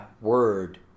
word